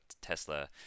Tesla